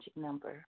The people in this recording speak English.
Number